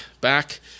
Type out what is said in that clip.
back